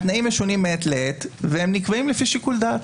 התנאים משונים מעת לעת והם נקבעים לפי שיקול דעת.